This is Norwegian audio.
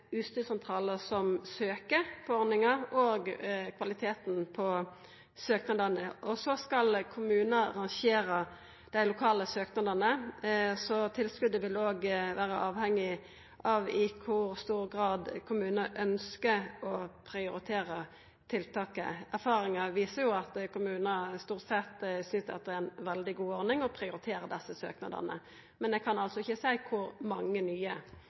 som søkjer på ordninga og kvaliteten på søknadane. Så skal kommunane rangera dei lokale søknadane, slik at tilskotet vil òg vera avhengig av i kor stor grad kommunar ønskjer å prioritera tiltaket. Erfaringa viser at kommunar stort sett synest at dette er ei veldig god ordning og prioriterer desse søknadane, men eg kan altså ikkje i reine tal seia kor mange nye